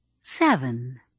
Seven